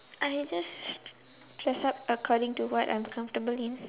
I just dress up according to what I'm comfortable in